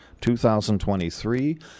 2023